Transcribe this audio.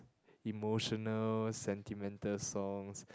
emotional sentimental songs